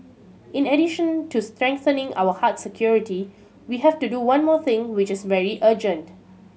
in addition to strengthening our hard security we have to do one more thing which is very urgent